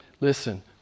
Listen